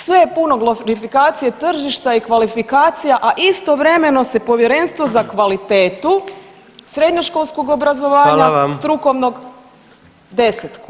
Sve je puno glorifikacije tržišta i kvalifikacija, a istovremeno se povjerenstvo za kvalitetu srednjoškolskog obrazovanja [[Upadica predsjednik: Hvala vam.]] strukovnog desetkuje.